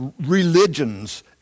religions